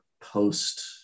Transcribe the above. post